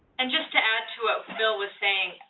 and just to add to what bill was saying,